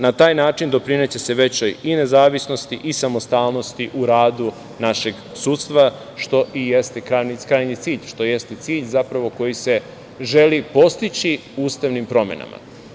Na taj način doprineće se većoj i nezavisnosti i samostalnosti u radu našeg sudstva, što i jeste krajnji cilj, što i jeste cilj koji se želi postići ustavnim promenama.